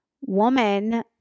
woman